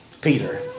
Peter